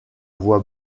voix